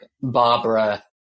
Barbara